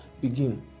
begin